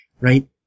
right